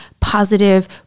positive